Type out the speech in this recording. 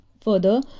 Further